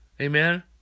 Amen